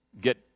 get